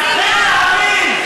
תתחילו להבין: